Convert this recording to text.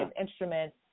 instruments